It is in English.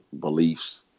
beliefs